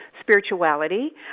spirituality